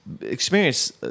experience